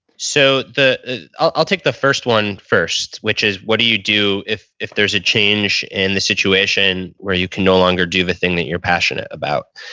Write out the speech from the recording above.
so, i'll i'll take the first one first which is what do you do if if there's a change in the situation where you can no longer do the thing that you're passionate about.